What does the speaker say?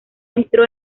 entró